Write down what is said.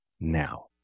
now